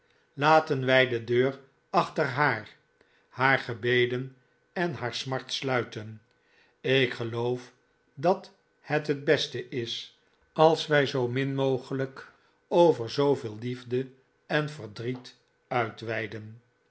laten wij de deur achter haar haar gebeden en haar smart sluiten ik geloof dat het het beste is als wij zoo min mogelijk over zooveel liefde en verdriet uitweiden